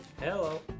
Hello